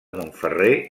montferrer